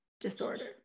disorder